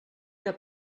que